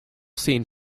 seen